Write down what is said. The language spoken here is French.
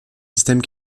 systèmes